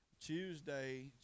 Tuesday